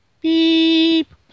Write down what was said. beep